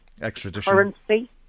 currency